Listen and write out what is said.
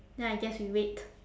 then I guess we wait